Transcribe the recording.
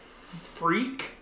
freak